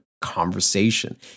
conversation